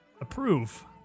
approve